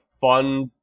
fun